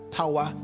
power